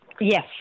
Yes